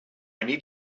need